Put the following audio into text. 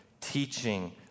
teaching